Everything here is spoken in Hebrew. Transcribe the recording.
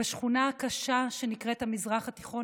בשכונה הקשה שנקראת המזרח התיכון,